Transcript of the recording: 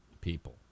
people